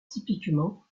typiquement